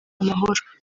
amahoro